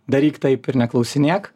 daryk taip ir neklausinėk